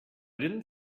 didn’t